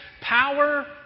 power